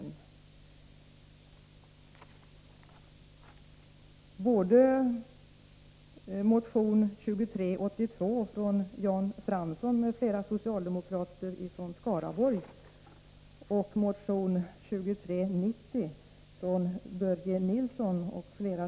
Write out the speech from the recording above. Men både motion 2382 av Jan Fransson m.fl. Åklagarväsendets socialdemokrater från Skaraborgs län och motion 2390 av Börje Nilsson regionala organisam.fl.